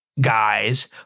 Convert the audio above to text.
guys